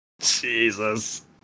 Jesus